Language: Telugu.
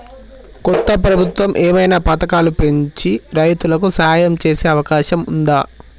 కొత్త ప్రభుత్వం ఏమైనా పథకాలు పెంచి రైతులకు సాయం చేసే అవకాశం ఉందా?